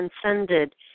transcended